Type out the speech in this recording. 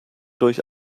durch